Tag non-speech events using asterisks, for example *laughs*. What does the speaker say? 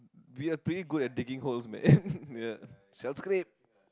we are pretty good at digging holes man *laughs* ya shell scrape